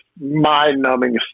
mind-numbing